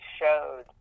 showed